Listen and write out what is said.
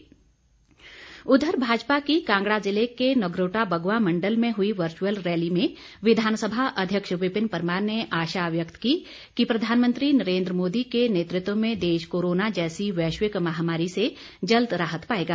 virtual rally Kangra उधर भाजपा की कांगड़ा जिले के नगरोटा बगवां मण्डल में हुई वर्चुअल रैली में विधानसभा अध्यक्ष विपिन परमार ने आशा व्यक्त की कि प्रधानमंत्री नरेन्द्र मोदी के नेतृत्व में देश कोरोना जैसी वैश्विक महामारी से जल्द राहत पाएगा